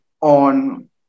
on